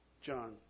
John